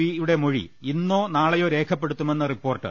പിയുടെ മൊഴി ഇന്നോ നാളെയോ രേഖപ്പെടുത്തുമെന്ന് റിപ്പോർട്ട്